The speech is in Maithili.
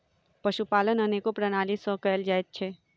पशुपालन अनेको प्रणाली सॅ कयल जाइत छै